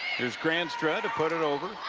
there's grain to to put it over.